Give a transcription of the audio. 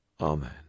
Amen